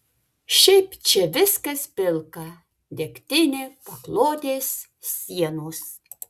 šiaip čia viskas pilka degtinė paklodės sienos